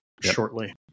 shortly